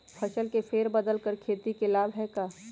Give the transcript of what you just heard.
फसल के फेर बदल कर खेती के लाभ है का?